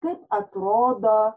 kaip atrodo